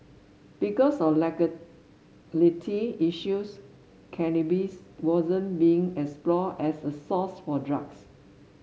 because of legality issues cannabis wasn't being explored as a source for drugs